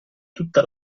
tutta